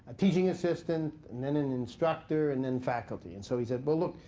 teaching assistant, and then an instructor, and then faculty. and so he said, well, look,